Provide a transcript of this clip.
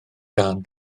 gân